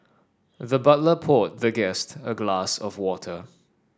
the butler poured the guest a glass of water